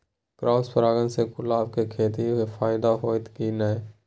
Cross परागण से गुलाब के खेती म फायदा होयत की नय?